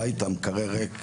הבית המקרר ריק,